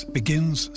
begins